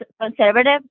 conservative